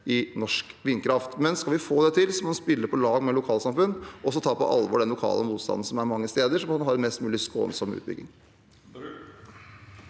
i norsk vindkraft. Men skal vi få det til, må man spille på lag med lokalsamfunn og også ta på alvor den lokale motstanden som er mange steder, så man får en mest mulig skånsom utbygging.